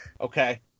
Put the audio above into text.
Okay